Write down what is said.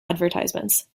advertisements